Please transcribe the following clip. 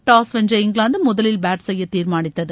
toss வென்ற England முதலில் bat செய்ய தீர்மானித்தது